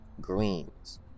greens